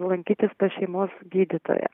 lankytis pas šeimos gydytoją